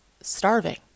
starving